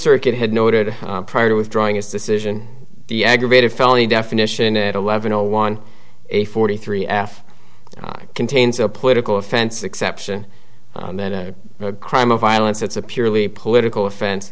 circuit had noted prior to withdrawing its decision the aggravated felony definition at eleven o one a forty three f contains a political offense exception that a crime of violence it's a purely political offense